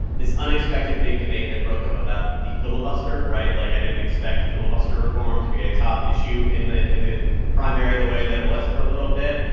this unexpected big debate that broke up about the filibuster. right? like, i didn't expect filibuster reform to be a top issue in the in the primary the way that it was for a little bit.